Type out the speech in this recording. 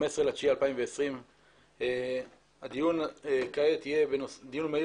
15 בספטמבר 2020. הדיון כעת יהיה דיון מהיר